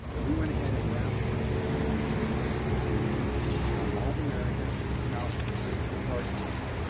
we went ahead and wrapped one of the trains that runs between mall of america out through to target center.